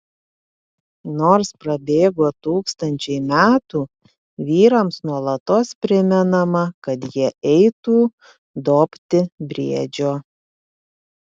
nors prabėgo tūkstančiai metų vyrams nuolatos primenama kad jie eitų dobti briedžio